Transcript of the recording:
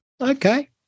Okay